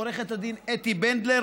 לעו"ד אתי בנדלר,